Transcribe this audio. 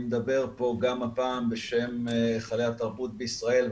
אני מדבר פה גם הפעם בשם היכלי התרבות בישראל.